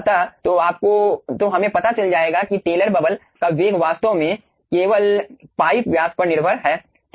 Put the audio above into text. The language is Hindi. अतः तो हमें पता चल जाएगा कि टेलर बबल का वेग वास्तव में केवल पाइप व्यास पर निर्भर है